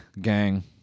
gang